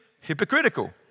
hypocritical